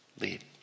lead